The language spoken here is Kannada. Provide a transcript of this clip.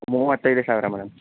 ಮೂವತ್ತೈದು ಸಾವಿರ ಮೇಡಮ್